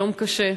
יום קשה.